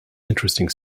interesting